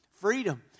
freedom